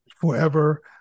forever